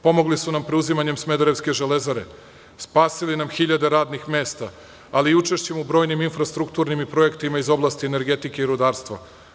Pomogli su nam preuzimanjem smederevske „Železare“, spasili nam hiljade radnih mesta, ali i učešćem u brojnim infrastrukturnim i projektima iz oblasti energetike i rudarstva.